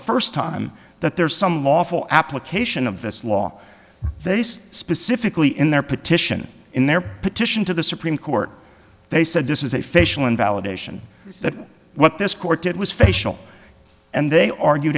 first time that there is some lawful application of this law that is specifically in their petition in their petition to the supreme court they said this is a facial invalidation that what this court did was facial and they argue